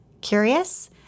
Curious